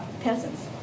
peasants